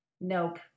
nope